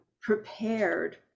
prepared